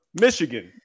Michigan